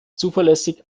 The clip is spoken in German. zuverlässig